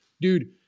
dude